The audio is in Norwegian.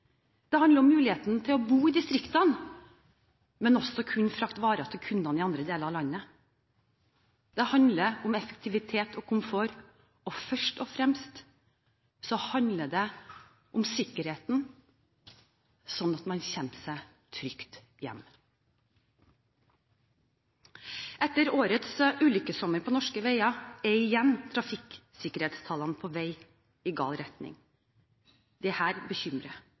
Det handler om muligheten til å bo i distriktene, men også kunne frakte varer til kundene i andre deler av landet. Det handler om effektivitet og komfort, og først og fremst handler det om sikkerheten, sånn at man kommer seg trygt hjem. Etter årets ulykkessommer på norske veier er igjen trafikksikkerhetstallene på vei i gal retning. Dette bekymrer. Det